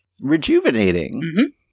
Rejuvenating